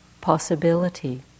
possibility